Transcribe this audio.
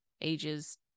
ages